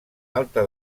alta